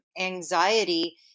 anxiety